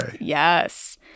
Yes